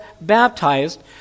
baptized